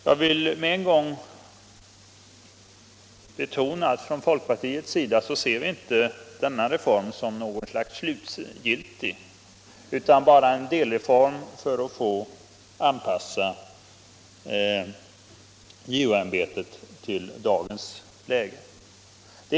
Jag vill med en gång betona att från folkpartiets sida ser vi inte denna reform som slutgiltig utan bara som en delreform för att anpassa JO ämbetet till dagens läge.